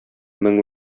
мең